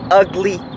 ugly